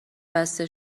بسته